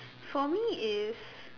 for me is